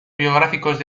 biográficos